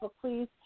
please